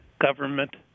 government